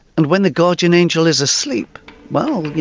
and when the guardian angel is asleep well, you